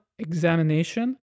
Examination